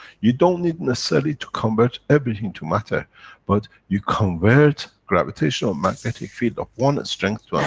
you don't need necessarily, to convert everything to matter but you convert gravitational-magnetic field of one strength to um